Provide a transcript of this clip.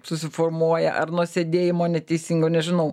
susiformuoja ar nuo sėdėjimo neteisingo nežinau